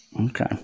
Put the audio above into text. Okay